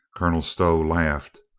colonel stow laughed.